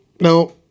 no